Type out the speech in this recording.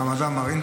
חמד עמאר,